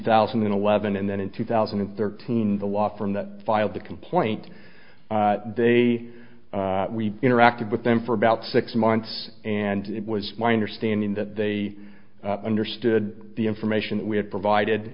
thousand and eleven and then in two thousand and thirteen the law from that filed the complaint they interacted with them for about six months and it was my understanding that they understood the information that we had provided